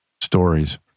stories